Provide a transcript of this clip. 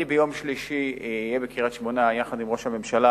אני אהיה ביום שלישי בקריית-שמונה יחד עם ראש הממשלה